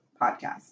podcast